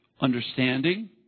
understanding